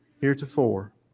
heretofore